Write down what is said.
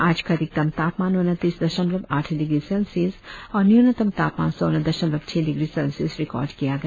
आज का अधिकतम तापमान उनतीस दशमलव आठ डिग्री सेल्सियस और न्यूनतम तापमान सोलह दशमलव छह डिग्री सेल्सियस रिकार्ड किया गया